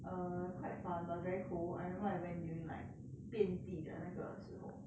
err quite fun but very cold I remember I went during like 变季的那个时候